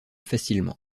facilement